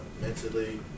mentally